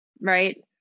right